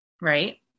Right